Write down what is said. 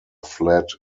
fled